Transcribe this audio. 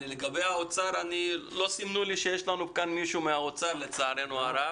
לגבי האוצר לא סימנו לי שיש לנו כאן מישהו מהאוצר לצערנו הרב.